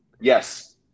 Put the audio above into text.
Yes